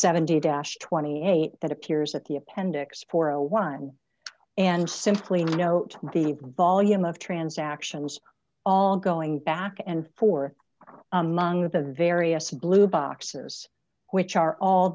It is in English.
seventy dash twenty eight that appears at the appendix for awhile and simply note the volume of transactions all going back and forth among the various blue boxes which are all